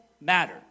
matter